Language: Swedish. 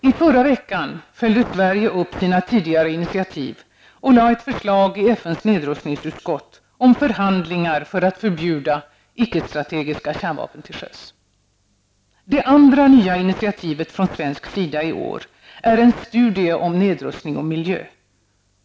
I förra veckan följde Sverige upp sina tidigare initiativ och lade fram ett förslag i FNs nedrustningsutskott om förhandlingar för att förbjuda icke-strategiska kärnvapen till sjöss. Det andra nya initiativet från svensk sida i år är en studie om nedrustning och miljö.